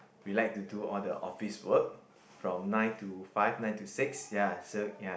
relax to do all the office work from nine to five nine to six ya so ya